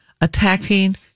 attacking